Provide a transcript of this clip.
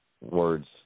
words